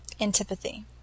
antipathy